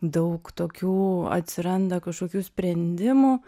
daug tokių atsiranda kažkokių sprendimų